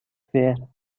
fair